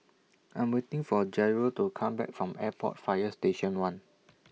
I Am waiting For Jairo to Come Back from Airport Fire Station one